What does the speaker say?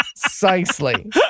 Precisely